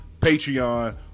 Patreon